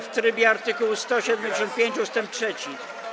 w trybie art. 175 ust. 3.